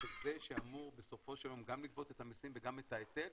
כזה שאמור בסופו של יום גם לגבות את המיסים וגם את ההיטל,